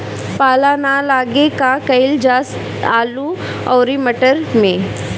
पाला न लागे का कयिल जा आलू औरी मटर मैं?